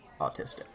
autistic